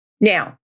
Now